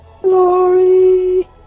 Glory